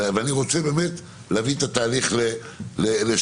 ואני רוצה להביא את התהליך לשלמות,